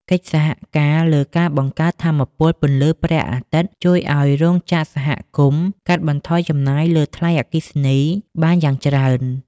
កិច្ចសហការលើការបង្កើតថាមពលពន្លឺព្រះអាទិត្យ ជួយឱ្យរោងចក្រសហគមន៍កាត់បន្ថយចំណាយលើថ្លៃអគ្គិសនីបានយ៉ាងច្រើន។